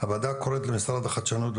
הוועדה קוראת למשרד החדשנות,